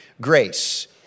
grace